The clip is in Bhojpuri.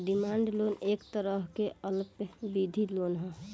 डिमांड लोन एक तरह के अल्पावधि लोन ह